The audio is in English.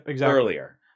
earlier